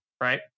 right